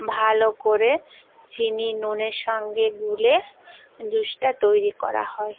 ভালো করে চিনি নুনের সঙ্গে গুলে জুসটা তৈরি করা হয়